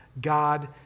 god